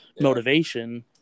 motivation